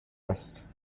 است